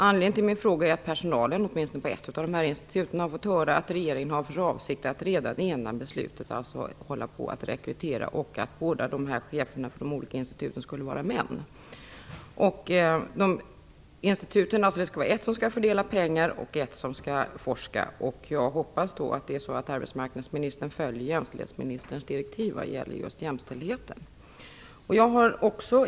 Anledningen till min fråga är att personalen, åtminstone på ett av dessa institut, har fått höra att regeringen har för avsikt att redan före beslutet rekrytera och att båda cheferna för de olika instituten skulle vara män. Det skall alltså vara ett institut som skall fördela pengar och ett som skall forska. Jag hoppas att arbetsmarknadsministern följer jämställdhetsministerns direktiv vad gäller just jämställdheten.